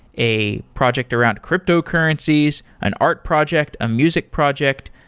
a project around cryptocurrencies, an art project, a music project.